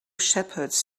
shepherds